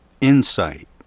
insight